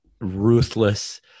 ruthless